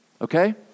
Okay